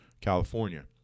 California